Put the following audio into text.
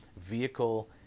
vehicle